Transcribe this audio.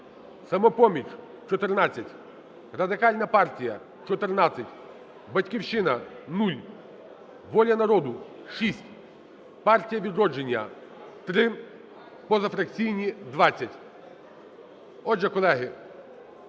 "Самопоміч" – 14, Радикальна партія – 14, "Батьківщина" – 0, "Воля народу" – 6, партія "Відродження" – 3, позафракційні – 20. Отже, колеги,